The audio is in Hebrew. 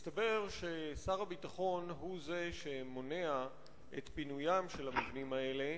מסתבר ששר הביטחון הוא זה שמונע את פינוים של המבנים האלה,